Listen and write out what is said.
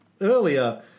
earlier